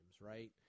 right